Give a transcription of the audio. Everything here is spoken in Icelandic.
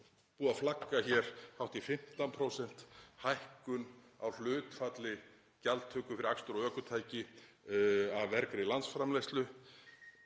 búið að flagga hér hátt í 15% hækkun á hlutfalli gjaldtöku fyrir akstur og ökutæki af vergri landsframleiðslu.